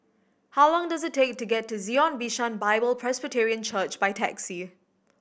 how long does it take to get to Zion Bishan Bible Presbyterian Church by taxi